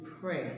pray